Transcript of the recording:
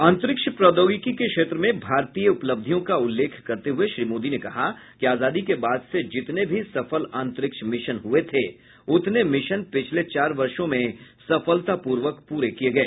अंतरिक्ष प्रौद्योगिकी के क्षेत्र में भारतीय उपलब्धियों का उल्लेख करते हुए श्री मोदी ने कहा कि आजादी के बाद से जितने भी सफल अंतरिक्ष मिशन हुए थे उतने मिशन पिछले चार वर्षों में सफलतापूर्वक पूरे किए गए